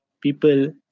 people